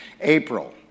April